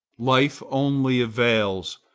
life only avails,